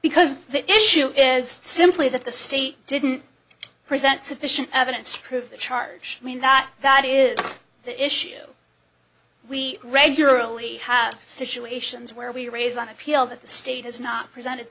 because the issue is simply that the state didn't present sufficient evidence to prove the charge i mean that that is the issue we regularly have situations where we raise on appeal that the state has not presented